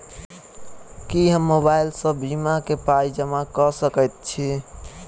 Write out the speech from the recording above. की हम मोबाइल सअ बीमा केँ पाई जमा कऽ सकैत छी?